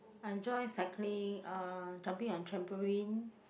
I enjoy cycling uh jumping on trampoline